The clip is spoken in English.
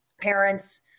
parents